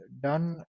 done